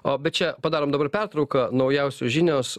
o bet čia padarom dabar pertrauką naujausios žinios